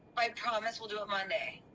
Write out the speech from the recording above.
i promise we'll do it monday.